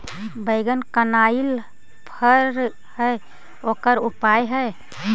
बैगन कनाइल फर है ओकर का उपाय है?